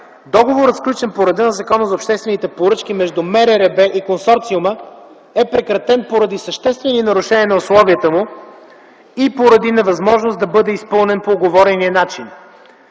Договорът, сключен по реда на Закона за обществените поръчки между МРРБ и консорциума, е прекратен поради съществени нарушения на условията му и поради невъзможност да бъде изпълнен по уговорения начин.